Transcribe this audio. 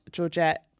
Georgette